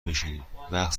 بشینین، وقت